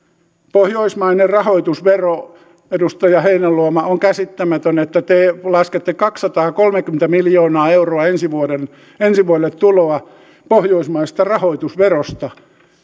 pohjoismainen rahoitusvero edustaja heinäluoma on käsittämätöntä että te laskette kaksisataakolmekymmentä miljoonaa euroa ensi vuodelle tuloa pohjoismaisesta rahoitusverosta